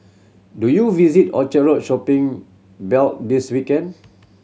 do you visit Orchard Road shopping belt this weekend